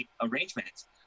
arrangements